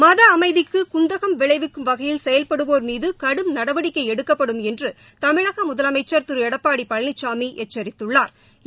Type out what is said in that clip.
மத அமைதிக்கு குந்தகம் விளைவிக்கும் வகையில் செயல்படுவோா் மீது கடும் நடவடிக்கை எடுக்கப்படும் என்று தமிழக முதலமைச்ச் திரு எடப்பாடி பழனிசாமி எச்சித்துள்ளாா்